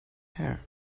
hair